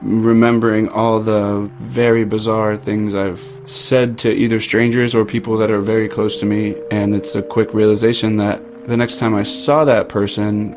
remembering all the very bizarre things i've said to either strangers or people that are very close to me, and it's a quick realisation that the next time i saw that person,